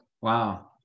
Wow